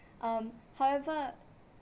um however